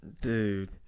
Dude